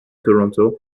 toronto